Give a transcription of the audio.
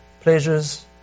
pleasures